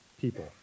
people